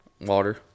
water